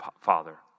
Father